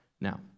Now